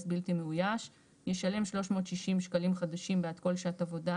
בלתי מאויש ישלם 360 שקלים חדשים בעד כל שעת עבודה